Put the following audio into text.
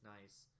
nice